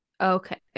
okay